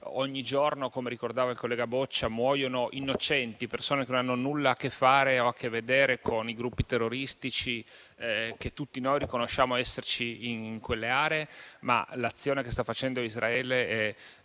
ogni giorno, come ricordava il collega Boccia, muoiono innocenti e persone che non hanno nulla a che fare o a che vedere con i gruppi terroristici, che pure tutti noi riconosciamo essere presenti in quelle aree; l'azione che sta facendo Israele,